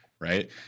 right